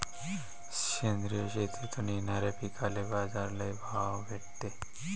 सेंद्रिय शेतीतून येनाऱ्या पिकांले बाजार लई भाव भेटते